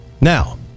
Now